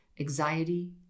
anxiety